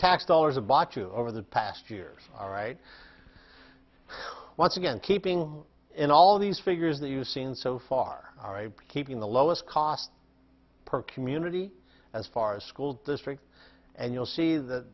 tax dollars a box over the past years all right once again keeping in all these figures that you've seen so far keeping the lowest cost per community as far as school district and you'll see that